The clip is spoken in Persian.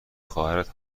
خواهرت